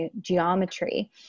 geometry